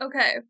Okay